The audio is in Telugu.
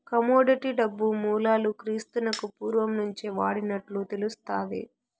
కమోడిటీ డబ్బు మూలాలు క్రీస్తునకు పూర్వం నుంచే వాడినట్లు తెలుస్తాది